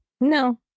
No